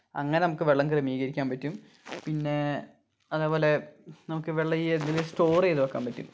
അങ്ങനെ നമുക്ക് വെള്ളം ക്രമീകരിക്കാൻ പറ്റും പിന്നെ അതേപോലെ നമുക്ക് വെള്ളം ഈ ഇതില് സ്റ്റോര് ചെയ്തുവയ്ക്കാൻ പറ്റും